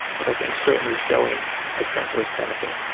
but i think certainly showing a trend toward benefit.